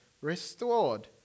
restored